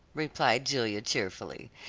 replied julia, cheerfully,